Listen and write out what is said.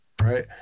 right